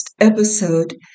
episode